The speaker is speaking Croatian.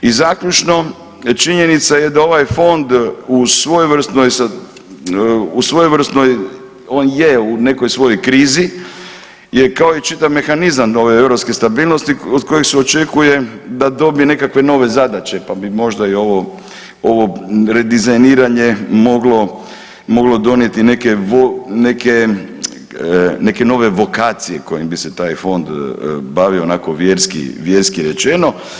I zaključno, činjenica je da ovaj Fond u svojevrsnoj, on je u nekoj svojoj krizi gdje je kao i čitav mehanizam ove europske stabilnosti od kojeg se očekuje da dobije nekakve nove zadaće pa bi možda i ovo, ovo redizajniranje moglo donijeti neke nove vokacije kojim bi se taj Fond bavio, onako vjerski rečeno.